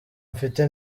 mfite